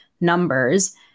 numbers